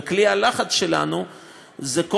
וכלי הלחץ שלנו זה,